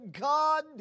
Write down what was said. God